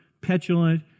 petulant